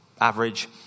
average